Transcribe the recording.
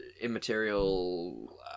immaterial